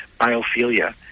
biophilia